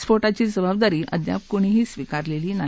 स्फोटाची जबाबदारी अद्याप कोणीही स्वीकारलेली नाही